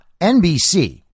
NBC